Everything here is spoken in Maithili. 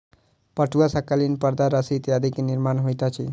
पटुआ सॅ कालीन परदा रस्सी इत्यादि के निर्माण होइत अछि